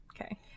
Okay